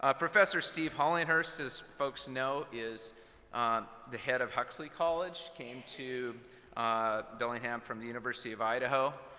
ah professor steve hollenhurst, as folks know, is the head of huxley college, came to bellingham from the university of idaho.